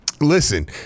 Listen